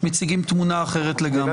מציגים תמונה אחרת לגמרי.